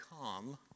come